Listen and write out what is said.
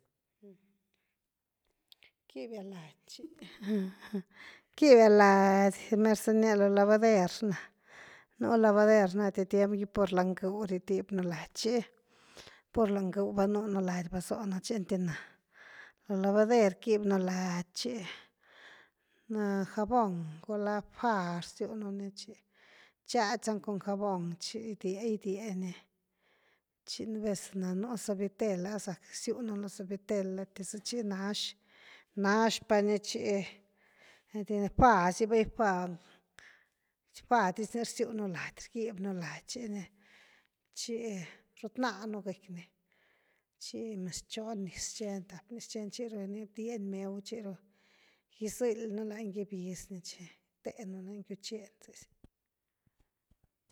Quibia lady chi quibia lady merzaa’ nia lo lavader na, nu lavader na enty tiembgy pur lanyg>u ritibynu laadi chi, pur lanyg>u va nunu lady basoonu chi enty na lo lavader quib>un lady chi na jabón gula faa r ziununi chi, chadzan cun jabón chi gydieny gydieny chi nu vez na nu suavitel ha zak siununi lo suavitel enty zaa’ chi nash-nash pani ni chi enty na faa zi bay faa-faa dis ni rsiunu lady rgybnu lady chi ni chi rutnanu gykny, chi mez chon niz cheni tap niz cheni chiru ni bdien meu chi ru gyzyl>nu lany gybisni chi, gytenulani gyucheni zzi.